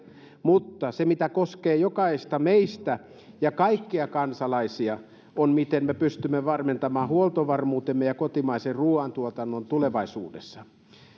mutta se mikä koskee jokaista meistä ja kaikkia kansalaisia on miten me pystymme varmentamaan huoltovarmuutemme ja kotimaisen ruuantuotannon tulevaisuudessa